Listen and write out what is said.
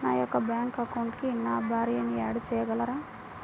నా యొక్క బ్యాంక్ అకౌంట్కి నా భార్యని యాడ్ చేయగలరా?